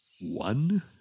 one